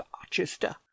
barchester